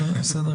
המחוזיות,